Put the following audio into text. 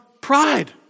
pride